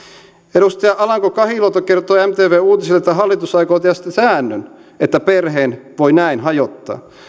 edustaja alanko kahiluoto kertoi mtv kolmen uutisille että hallitus aikoo tehdä siitä säännön että perheen voi näin hajottaa